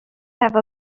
have